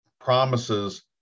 promises